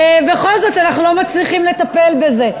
ובכל זאת אנחנו לא מצליחים לטפל בזה.